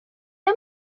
him